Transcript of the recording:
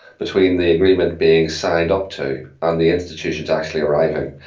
between the agreement being signed up to and the institutions actually arriving.